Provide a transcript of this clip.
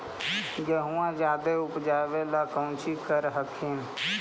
गेहुमा जायदे उपजाबे ला कौची कर हखिन?